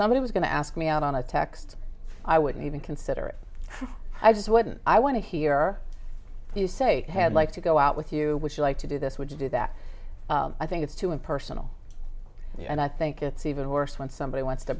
somebody was going to ask me out on a text i wouldn't even consider it i just wouldn't i want to hear you say had like to go out with you would you like to do this would you do that i think it's too impersonal and i think it's even worse when somebody wants to